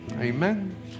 Amen